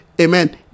amen